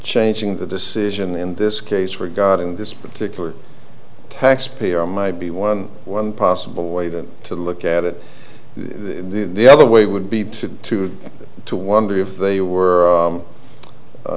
changing the decision in this case for god in this particular taxpayer might be one one possible way than to look at it the other way would be to to to wonder if they were